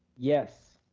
yes.